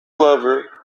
lover